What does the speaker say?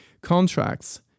contracts